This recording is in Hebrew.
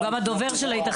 הוא גם הדובר של ההתאחדות.